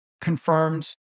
confirms